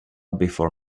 before